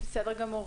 בסדר גמור.